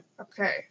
Okay